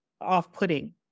off-putting